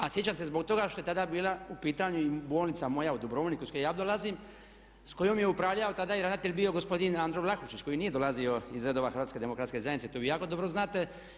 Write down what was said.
A sjećam se zbog toga što je tada bila u pitanju i bolnica moja u Dubrovniku iz koje ja dolazim, s kojom je upravljao tada i ravnatelj bio gospodin Andro Vlahušić koji nije dolazio iz redova Hrvatske demokratske zajednice to vi jako dobro znate.